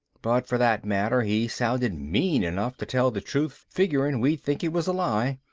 but for that matter he sounded mean enough to tell the truth figuring we'd think it was a lie.